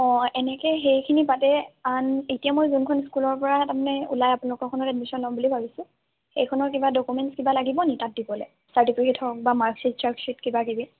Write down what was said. অঁ এনেকৈ সেইখিনি পাতে আন এতিয়া মই যোনখন স্কুলৰ পৰা তাৰমানে ওলাই আপোনালোকৰখনত এডমিশ্যন ল'ম বুলি ভাবছোঁ সেইখনৰ কিবা ডকুমেণ্টছ কিবা লাগিবনি তাত দিবলৈ চাৰ্টিফিকেট হওক বা মাৰ্কশ্বিট চাৰ্কশ্বিট কিবা কিবি